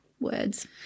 words